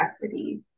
custody